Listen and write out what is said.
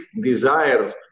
desire